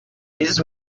his